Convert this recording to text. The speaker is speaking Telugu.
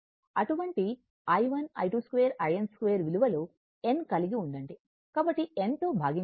అటువంటి i12 I22 in 2 విలువలు n కలిగి ఉండండి కాబట్టి n తో భాగించండి